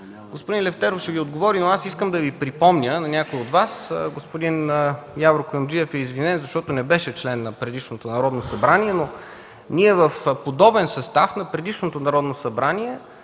Господин Лефтеров ще ни отговори, но аз искам да припомня на някои от Вас. Господин Явор Куюмджиев е извинен, защото не беше член на предишното Народно събрание, но ние в подобен състав на предишното Народно събрание